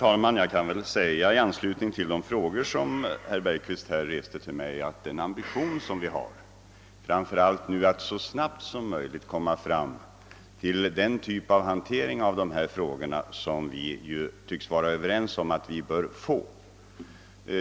Herr talman! I anslutning till de frågor som herr Bergqvist ställde till mig vill jag säga att vi just nu framför allt har ambitionen att så snabbt som möjligt komma fram till den typ av hantering av dessa frågor, som vi tycks vara överens om att vi bör ha.